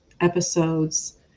episodes